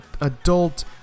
adult